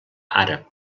àrab